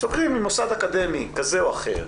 סוגרים עם מוסד אקדמי כזה או אחר,